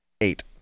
eight